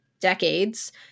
decades